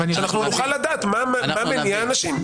כדי שנוכל לדעת מה מניע אנשים.